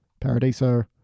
Paradiso